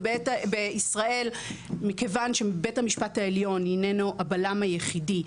ובישראל מכיוון שבית המשפט העליון היננו הבלם היחידי,